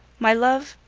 my love,